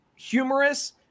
Humorous